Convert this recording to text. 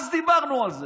אז דיברנו על זה.